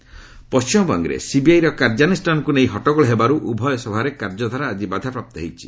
ପାର୍ଲ adjourn ପଣ୍ଟିମବଙ୍ଗରେ ସିବିଆଇର କାର୍ଯ୍ୟାନୁଷ୍ଠାନକୁ ନେଇ ହଟ୍ଟଗୋଳ ହେବାରୁ ଉଭୟ ସଭାରେ କାର୍ଯ୍ୟଧାରା ଆଜି ବାଧାପ୍ରାପ୍ତ ହୋଇଛି